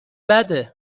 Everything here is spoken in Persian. بده